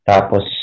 Tapos